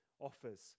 offers